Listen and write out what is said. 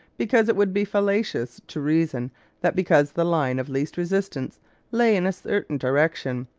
because it would be fallacious to reason that because the line of least resistance lay in a certain direction,